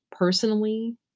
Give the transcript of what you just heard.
personally